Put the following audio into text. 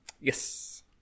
Yes